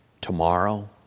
tomorrow